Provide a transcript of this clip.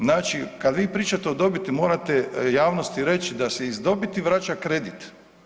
Znači kad vi pričate o dobiti morate javnosti reći da se iz dobiti vraća kredit.